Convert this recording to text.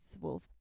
wolf